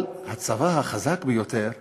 אבל הצבא החזק ביותר